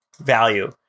value